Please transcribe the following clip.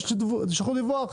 תשלחו דיווח,